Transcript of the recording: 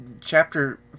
chapter